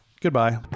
goodbye